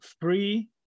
free